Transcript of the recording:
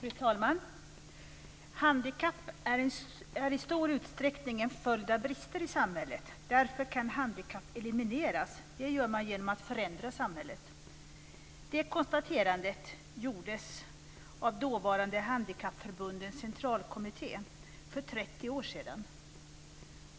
Fru talman! "Handikapp är i stor utsträckning en följd av brister i samhället. Därför kan handikapp elimineras. Det gör man genom att förändra samhället." Det konstaterandet gjordes av dåvarande Handikappförbundens Centralkommitté för 30 år sedan.